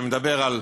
שאומר: